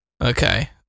Okay